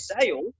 sale